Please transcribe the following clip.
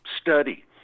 study